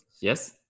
Yes